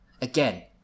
Again